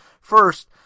first